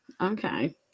Okay